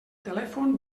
telèfon